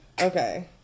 okay